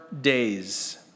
days